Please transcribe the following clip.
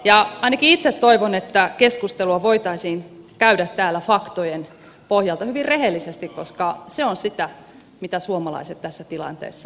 ja ainakin itse toivon että keskustelua voitaisiin käydä täällä faktojen pohjalta hyvin rehellisesti koska se on sitä mitä suomalaiset tässä tilanteessa ansaitsevat